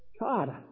God